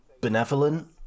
benevolent